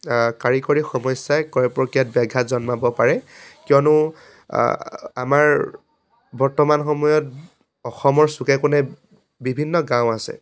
কাৰিকৰী সমস্যায় ক্ৰয় প্ৰক্ৰিয়াত ব্যাঘাত জন্মাব পাৰে কিয়নো আমাৰ বৰ্তমান সময়ত অসমৰ চুকে কোণে বিভিন্ন গাঁও আছে